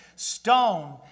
Stone